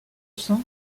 sang